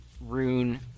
rune